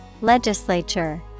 Legislature